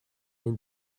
این